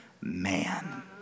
man